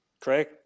Craig